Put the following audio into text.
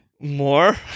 More